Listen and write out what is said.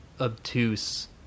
obtuse